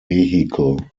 vehicle